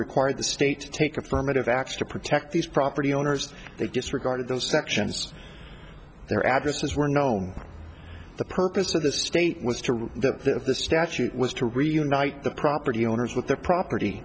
require the state take affirmative acts to protect these property owners they disregarded those sections their addresses were known the purpose of the state was to rule that the statute was to reunite the property owners with the property